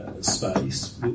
space